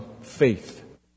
faith